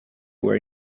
were